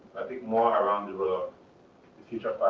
i think more around the world, the future